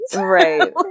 right